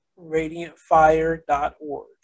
radiantfire.org